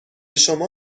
شما